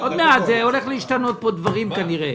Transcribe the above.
הולכים להשתנות פה דברים כנראה.